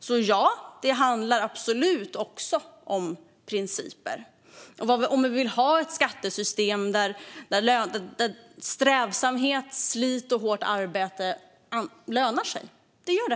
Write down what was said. Så, ja, det handlar absolut också om principer och om att vi vill ha ett skattesystem där strävsamhet, slit och hårt arbete lönar sig. Det gör det.